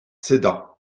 sedan